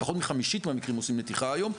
פחות מחמישית מהמקרים עושים נתיחה היום,